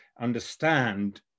understand